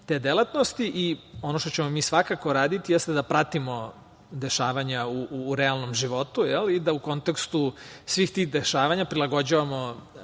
te delatnosti. Ono što ćemo mi svakako raditi, jeste da pratimo dešavanja u realnom životu i da u kontekstu svih tih dešavanja prilagođavamo